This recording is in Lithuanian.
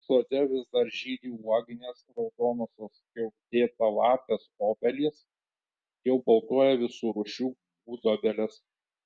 sode vis dar žydi uoginės raudonosios skiautėtalapės obelys jau baltuoja visų rūšių gudobelės